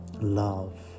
Love